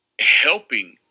helping